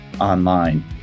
online